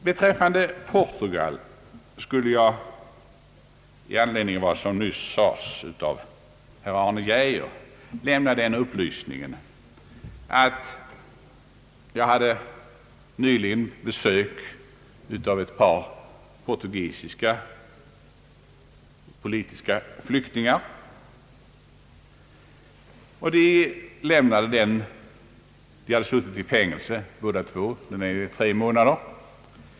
Beträffande Portugal skulle jag i anledning av vad som nyss sades av herr Arne Geijer vilja lämna en upplysning. Jag hade nyligen besök av ett par portugisiska flyktingar. De hade suttit i fängelse båda två, den ene i tre månader.